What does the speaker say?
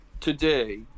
today